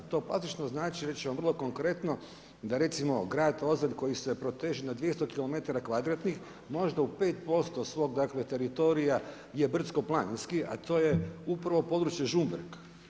To plastično znači, reći ćemo vrlo konkretno da recimo grad Ozalj koji se proteže na 200km kvadratnih možda u 5% svog dakle teritorija je brdsko-planinski a to je upravo područje Žumberka.